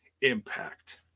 impact